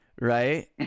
right